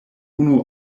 unu